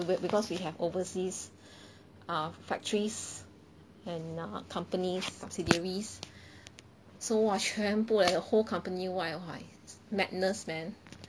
because we have overseas um factories and uh companies subsidiaries so !wah! 全部 leh whole company 哇要外 madness man